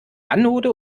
anode